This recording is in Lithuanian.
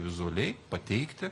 vizualiai pateikti